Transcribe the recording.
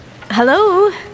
Hello